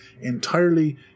entirely